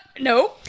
No